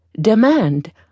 demand